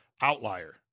outlier